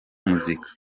muzika